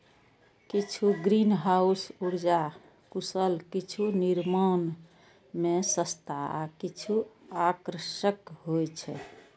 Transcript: किछु ग्रीनहाउस उर्जा कुशल, किछु निर्माण मे सस्ता आ किछु आकर्षक होइ छै